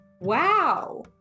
wow